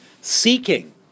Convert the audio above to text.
Seeking